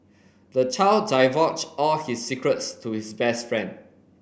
the child divulged all his secrets to his best friend